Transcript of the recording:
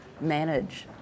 manage